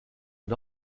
but